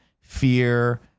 fear